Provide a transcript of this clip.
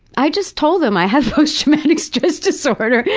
i just told them, i have post traumatic stress disorder.